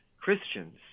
Christians